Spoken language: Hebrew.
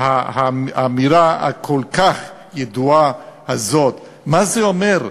האמירה הכל-כך ידועה הזאת, מה זה אומר?